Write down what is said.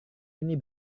ini